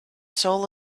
soul